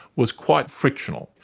was quite frictional.